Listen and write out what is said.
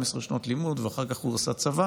12 שנות לימוד, ואחר כך הוא עשה צבא,